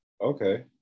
okay